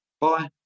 bye